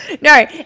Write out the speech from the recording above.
No